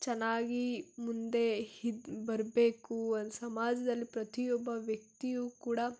ಚೆನ್ನಾಗಿ ಮುಂದೆ ಇದ್ ಬರಬೇಕು ಒನ್ ಸಮಾಜದಲ್ಲಿ ಪ್ರತಿಯೊಬ್ಬ ವ್ಯಕ್ತಿಯು ಕೂಡ